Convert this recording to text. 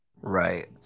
Right